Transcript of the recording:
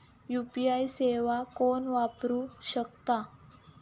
UPI सेवा कोण वापरू शकता?